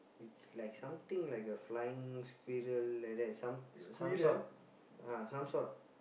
it's like something like a flying squirrel like that some some sort ah some sort